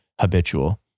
habitual